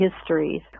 histories